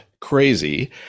crazy